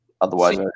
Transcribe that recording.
Otherwise